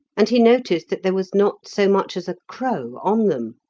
and he noticed that there was not so much as a crow on them.